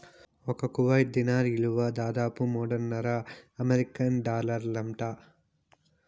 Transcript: ఒక్క Kuwait dinar ఇలువ దాదాపు మూడున్నర అమెరికన్ డాలర్లంట